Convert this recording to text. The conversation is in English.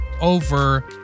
over